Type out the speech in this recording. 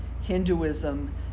Hinduism